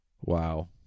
Wow